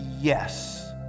yes